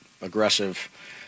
aggressive